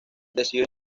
decidió